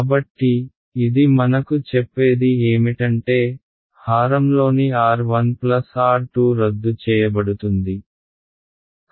కాబట్టి ఇది మనకు చెప్పేది ఏమిటంటే హారం లోని R 1 R 2 రద్దు చేయబడుతుంది